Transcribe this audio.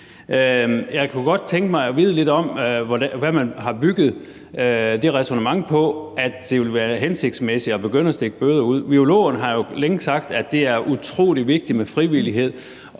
Jeg kunne godt tænke mig at vide lidt om, hvad man har bygget det ræsonnement, at det ville være hensigtsmæssigt at begynde at stikke bøder ud, på. Virologerne har jo længe sagt, at det er utrolig vigtigt med frivillighed